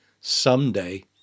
Someday